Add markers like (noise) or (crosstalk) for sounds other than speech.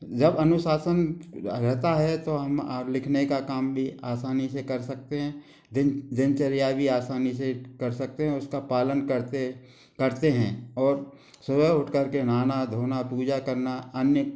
जब अनुशासन रहता है तो हम (unintelligible) लिखने का काम भी आसानी से कर सकते हैं दिन दिनचर्या भी आसानी से कर सकते हैं उसका पालन करते करते हैं और सुबह उठ करके नहाना धोना पूजा करना अन्य